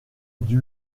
essayer